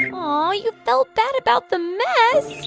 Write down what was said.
yeah aw, you felt bad about the mess.